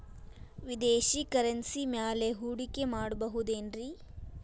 ವಿದೇಶಿ ಕರೆನ್ಸಿ ಮ್ಯಾಲೆ ಹೂಡಿಕೆ ಮಾಡಬಹುದೇನ್ರಿ?